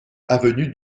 avenue